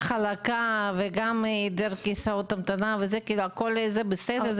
חלקה וגם היעדר כיסאות המתנה זה בסדר,